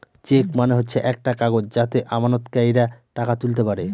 check মানে হচ্ছে একটা কাগজ যাতে আমানতকারীরা টাকা তুলতে পারে